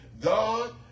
God